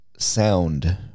sound